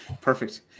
perfect